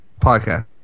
podcast